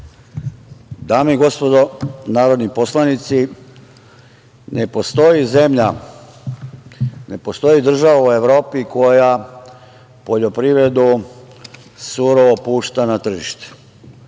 Dame i gospodo narodni poslanici, ne postoji zemlja, ne postoji država u Evropi koja poljoprivredu surovo pušta na tržište.